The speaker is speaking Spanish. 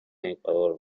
ecuador